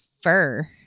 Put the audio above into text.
fur